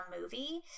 movie